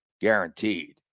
guaranteed